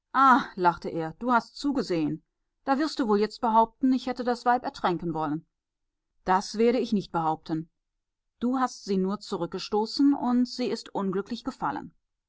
lachte er du hast zugesehen da wirst du wohl jetzt behaupten ich hätte das weib ertränken wollen das werde ich nicht behaupten du hast sie nur zurückgestoßen und sie ist unglücklich gefallen